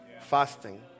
fasting